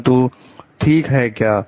परंतु ठीक है क्या